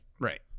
right